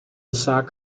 sock